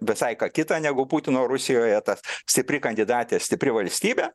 visai ką kita negu putino rusijoje tas stipri kandidatė stipri valstybė